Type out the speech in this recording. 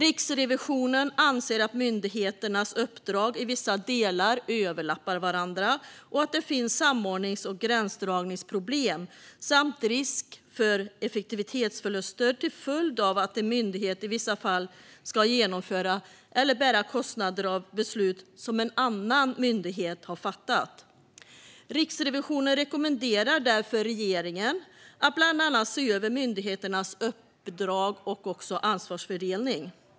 Riksrevisionen anser att myndigheternas uppdrag i vissa delar överlappar varandra och att det finns samordnings och gränsdragningsproblem samt risk för effektivitetsförluster till följd av att en myndighet i vissa fall ska genomföra eller bära kostnader av beslut som en annan myndighet har fattat. Riksrevisionen rekommenderar därför regeringen att bland annat se över myndigheternas uppdrag och ansvarsfördelning.